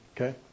Okay